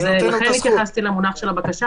לכן, התייחסתי למונח של הבקשה.